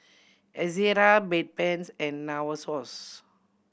Ezerra Bedpans and Novosource